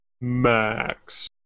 Max